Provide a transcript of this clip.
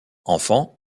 enfant